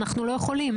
אנחנו לא יכולים.